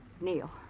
Neil